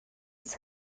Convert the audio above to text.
its